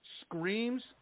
Screams